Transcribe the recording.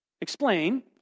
explain